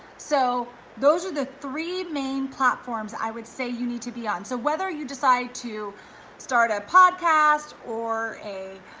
so those are the three main platforms i would say you need to be on. so whether you decide to start a podcast or a